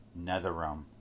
Netherrealm